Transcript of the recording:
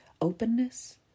openness